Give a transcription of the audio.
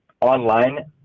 online